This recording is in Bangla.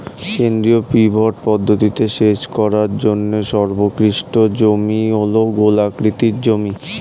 কেন্দ্রীয় পিভট পদ্ধতিতে সেচ করার জন্য সর্বোৎকৃষ্ট জমি হল গোলাকৃতি জমি